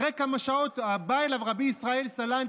אחרי כמה שעות בא אליו רבי ישראל סלנטר,